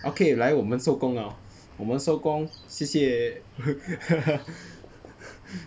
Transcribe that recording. okay 来我们收工了我们收工谢谢